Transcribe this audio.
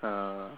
ah